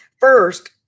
first